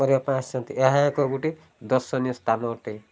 କରିବା ପାଇଁ ଆସିଛନ୍ତି ଏହା ଏକ ଗୋଟେ ଦର୍ଶନୀୟ ସ୍ଥାନ ଅଟେ